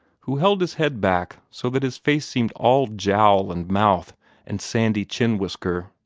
who held his head back so that his face seemed all jowl and mouth and sandy chin-whisker.